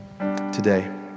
today